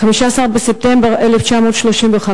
15 בספטמבר 1935,